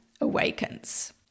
awakens